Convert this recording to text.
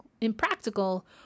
impractical